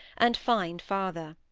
and find father.